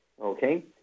okay